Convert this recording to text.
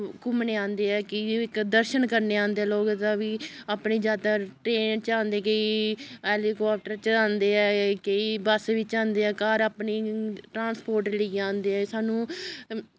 घूमने औंदे ऐ कि इक दर्शन करने औंदे ऐ लोग इद्धर भी अपनी जात्तरा ट्रेन च औंदे केईं हैलीकाप्टर च औंदे ऐ केईं बस्स बिच्च औंदे ऐ घरा अपने ट्रांस्पोर्ट लेइयै औंदे ऐ सानूं